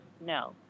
No